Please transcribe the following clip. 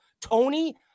Tony